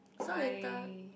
why